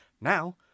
Now